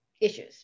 issues